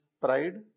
pride